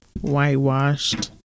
Whitewashed